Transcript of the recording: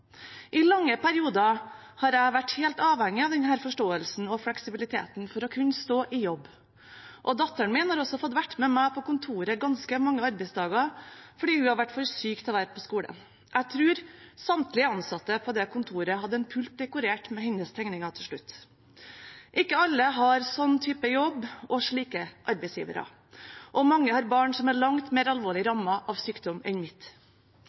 I lange perioder har jeg vært helt avhengig av denne forståelsen og fleksibiliteten for å kunne stå i jobb. Datteren min har også fått være med meg på kontoret ganske mange arbeidsdager, fordi hun har vært for syk til å være på skolen. Jeg tror samtlige ansatte på det kontoret til slutt hadde en pult dekorert med hennes tegninger. Ikke alle har en slik type jobb og slike arbeidsgivere, og mange har barn som er langt mer alvorlig rammet av sykdom enn mitt.